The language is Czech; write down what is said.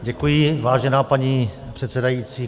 Děkuji, vážená paní předsedající.